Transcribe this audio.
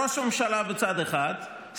ראש הממשלה בצד אחד,